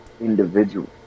individual